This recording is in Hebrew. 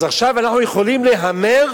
אז עכשיו אנחנו יכולים להמר